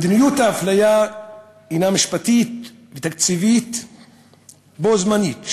מדיניות האפליה הנה משפטית ותקציבית בו-זמנית,